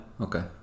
Okay